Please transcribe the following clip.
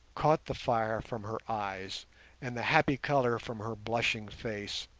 caught the fire from her eyes and the happy colour from her blushing face,